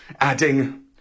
adding